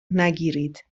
نگیرید